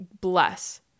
bless